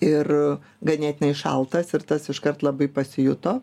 ir ganėtinai šaltas ir tas iškart labai pasijuto